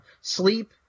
sleep